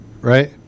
right